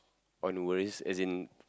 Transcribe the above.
on worries as in